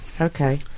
Okay